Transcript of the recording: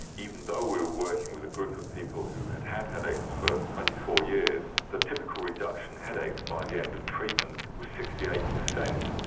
even though we were working with a group of people who had had headaches for twenty four years the typical reduction in headaches by the end of treatment was sixty eight percent.